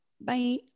Bye